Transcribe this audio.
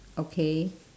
okay